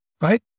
right